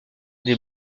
des